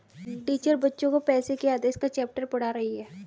teacher बच्चो को पैसे के आदेश का चैप्टर पढ़ा रही हैं